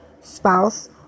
spouse